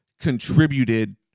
contributed